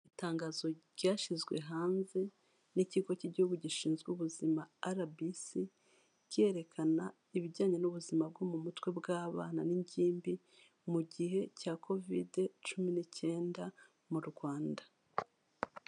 Itangazo ryashyizwe hanze n'ikigo cy'igihugu gishinzwe ubuzima RBC, kirerekana ibijyanye n'ubuzima bwo mu mutwe bw'abana n'ingimbi mu gihe cya Covid cumi n'icyenda mu Rwanda.